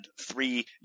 three